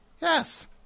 Yes